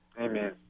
Amen